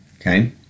okay